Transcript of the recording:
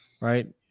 right